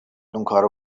اونکارو